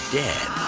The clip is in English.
dead